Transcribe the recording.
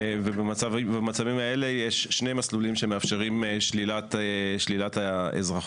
ובמצבים האלה יש שני מסלולים שמאפשרים שלילת האזרחות: